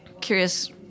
curious